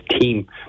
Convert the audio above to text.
team